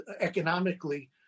economically